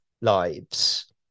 lives